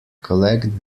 collect